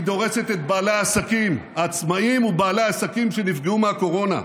היא דורסת את בעלי העסקים העצמאים ובעלי העסקים שנפגעו מהקורונה.